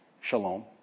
shalom